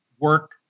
work